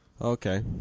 Okay